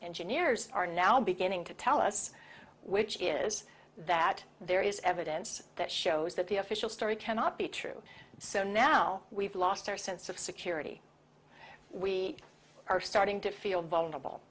engineers are now beginning to tell us which is that there is evidence that shows that the official story cannot be true so now we've lost our sense of security we are starting to feel vulnerable